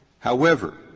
however,